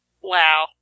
Wow